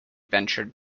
ventured